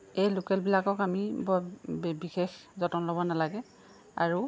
এই লোকেলবিলাকক আমি বৰ বিশেষ যতন ল'ব নালাগে আৰু